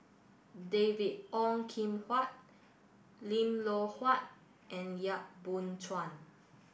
David Ong Kim Huat Lim Loh Huat and Yap Boon Chuan